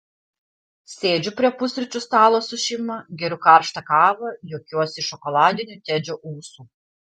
sėdžiu prie pusryčių stalo su šeima geriu karštą kavą juokiuosi iš šokoladinių tedžio ūsų